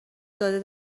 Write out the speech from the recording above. داده